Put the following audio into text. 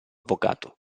avvocato